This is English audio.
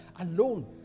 alone